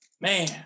man